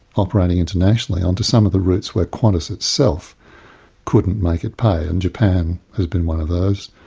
operating internationally, onto some of the routes where qantas itself couldn't make it pay. and japan has been one of those,